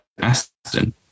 Aston